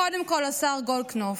קודם כול, השר גולדקנופ,